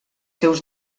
seus